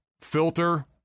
filter